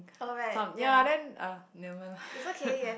some ya then ah never mind lah